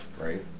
Right